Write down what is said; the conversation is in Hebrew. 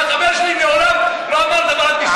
והחבר שלי מעולם לא אמר דבר אנטישמי.